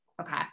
Okay